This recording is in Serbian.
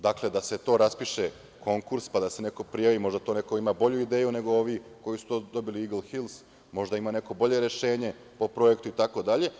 Dakle, da se raspiše konkurs, pa da se neko prijavi, možda neko ima bolju ideju nego ovi koji su dobili „Igl hils“, možda neko ima bolje rešenje po projektu itd.